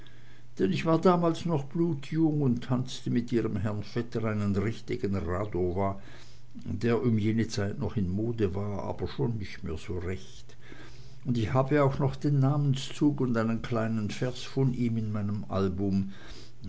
denn ich war damals noch blutjung und tanzte mit ihrem herrn vetter einen richtigen radowa der um jene zeit noch in mode war aber schon nicht mehr so recht und ich hab auch noch den namenszug und einen kleinen vers von ihm in meinem album